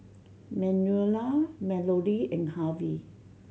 Manuela Melodee and Harvey